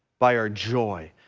by our joy,